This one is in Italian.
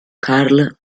karl